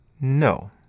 No